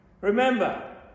Remember